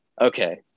okay